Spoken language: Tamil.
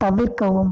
தவிர்க்கவும்